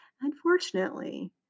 unfortunately